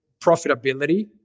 profitability